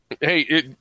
Hey